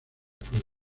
cruz